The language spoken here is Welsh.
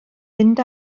mynd